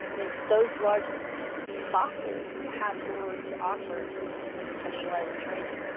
i mean those large boxes have more to offer in terms of like specialized training